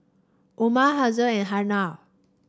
Umar Haziq and Hana